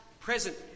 present